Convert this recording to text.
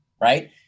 right